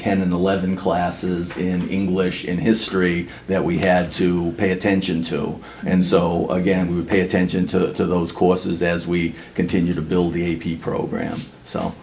ten and eleven classes in english in history that we had to pay attention to and so again we would pay attention to those courses as we continue to build the program so